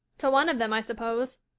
to one of them, i suppose,